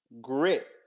grit